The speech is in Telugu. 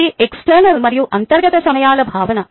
అది ఎక్స్టర్నల్ మరియు అంతర్గత సమయాల భావన